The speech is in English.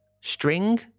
string